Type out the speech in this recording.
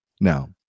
Now